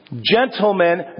Gentlemen